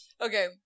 Okay